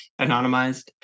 anonymized